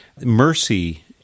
Mercy